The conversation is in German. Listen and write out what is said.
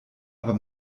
aber